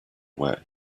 way